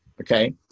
okay